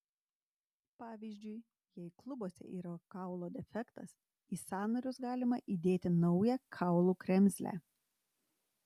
pavyzdžiui jei klubuose yra kaulo defektas į sąnarius galima įdėti naują kaulų kremzlę